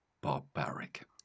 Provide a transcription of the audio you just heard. barbaric